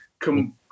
come